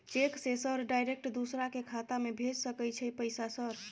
Cheque से sir direct दूसरा के खाता में भेज सके छै पैसा सर?